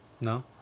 No